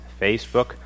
Facebook